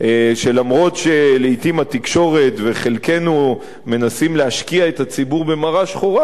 אף שלעתים התקשורת וחלקנו מנסים להשקיע את הציבור במרה שחורה.